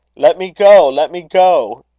let me go, let me go!